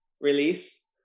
release